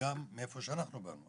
וגם מאיפה שאנחנו באנו.